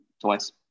twice